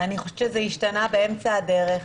אני חושבת שזה השתנה באמצע הדרך.